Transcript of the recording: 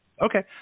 Okay